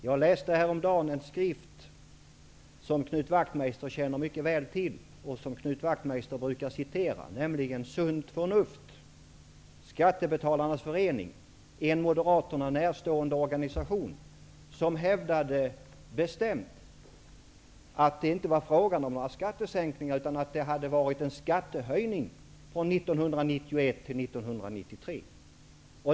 Jag läste häromdagen en tidskrift som Knut Wachtmeister känner mycket väl till och brukar citera, nämligen Sunt Förnuft. Skattebetalarnas Förening, en Moderaterna närstående organisation, hävdade bestämt att det inte var fråga om några skattesänkningar utan att det hade varit en skattehöjning från 1991 till 1993.